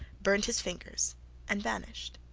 burnt his fingers and vanished.